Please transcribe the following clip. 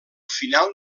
final